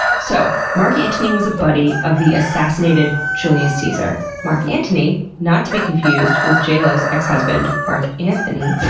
so mark antony was a buddy of the assassinated julius caesar. mark antony not to be confused with j-lo's ex-husband mark anthony